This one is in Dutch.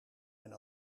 mijn